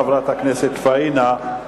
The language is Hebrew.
חברת הכנסת פניה,